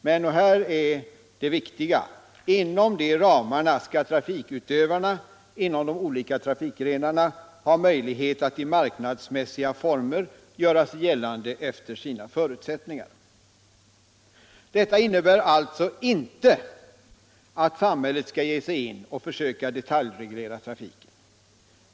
Men — och det är det viktiga — inom dessa ramar skall trafikutövarna inom de olika trafikgrenarna ha möjlighet att i marknadsmässiga former göra sig gällande efter sina förutsättningar. Detta innebär inte att samhället skall ge sig in och detaljreglera trafiken.